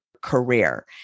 career